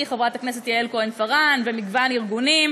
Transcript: חברת כנסת יעל כהן-פארן ומגוון ארגונים,